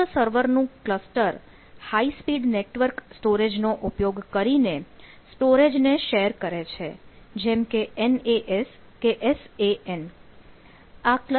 સ્વતંત્ર સર્વરનું cluster high speed network storage નો ઉપયોગ કરીને સ્ટોરેજ ને શેર કરે છે જેમ કે NAS કે SAN